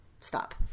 stop